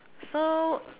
so